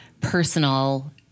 personal